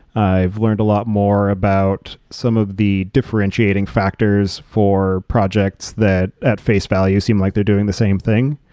i've learned a lot more about some of the differentiating factors for projects that at face value seem like they're doing the same thing.